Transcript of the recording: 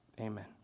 Amen